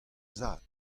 zad